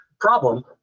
problem